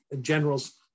generals